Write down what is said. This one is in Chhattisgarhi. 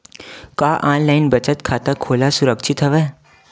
का ऑनलाइन बचत खाता खोला सुरक्षित हवय?